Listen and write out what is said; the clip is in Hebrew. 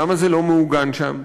למה זה לא מעוגן שם?